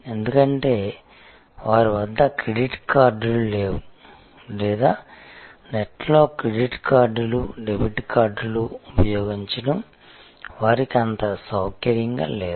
ఎందుకంటే వారి వద్ద క్రెడిట్ కార్డులు లేవు లేదా నెట్లో క్రెడిట్ కార్డులు డెబిట్ కార్డులు ఉపయోగించడం వారికి అంత సౌకర్యంగా లేదు